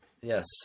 Yes